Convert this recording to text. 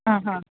आं हां